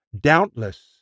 Doubtless